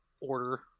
order